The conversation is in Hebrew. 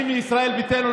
אני מישראל ביתנו,